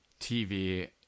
TV